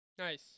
Nice